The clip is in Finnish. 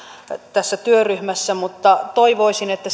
tässä työryhmässä toivoisin että